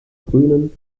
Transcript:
grünen